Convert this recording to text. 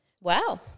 Wow